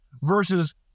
Versus